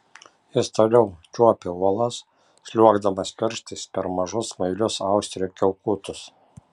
jis toliau čiuopė uolas sliuogdamas pirštais per mažus smailius austrių kiaukutus